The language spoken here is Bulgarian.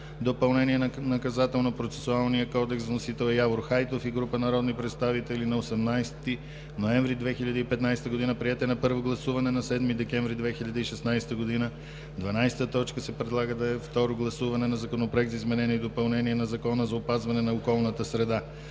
допълнение на Наказателнопроцесуалния кодекс. Вносители са Явор Хайтов и група народни представители на 18 ноември 2015 г. Приет е на първо гласуване на 7 декември 2016 г. 12. Второ гласуване на Законопроект за изменение и допълнение на Закона за опазване на околната среда.